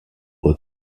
were